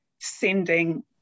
Sending